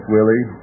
Willie